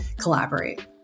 collaborate